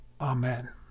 Amen